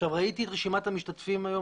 עכשיו ראיתי את רשימת המשתתפים היום,